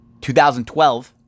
2012